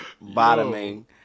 bottoming